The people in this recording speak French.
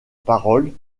paroles